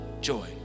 joy